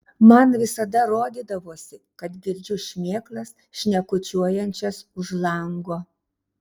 man visada rodydavosi kad girdžiu šmėklas šnekučiuojančias už lango